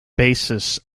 basis